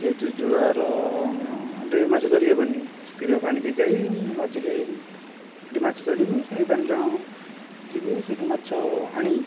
ଯେହେତୁ ଜୁଆରରେ ମାଛ ଧରି ହେବନି ସ୍ଥିର ପାଣିକି ଯାଇ ମଝିରେ ସେଇଠି ମାଛ ଧରିବୁ ଚାରି ପାଞ୍ଚ ଜଣ ଯିବୁ ସେଇଠୁ ମାଛ ଆଣି